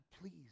please